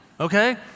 Okay